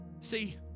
See